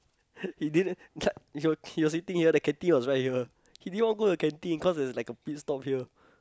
in the end like he was he was eating here the canteen was right here he didn't even want to go the canteen cause there's like a pit stop here